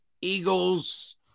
Eagles